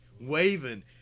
waving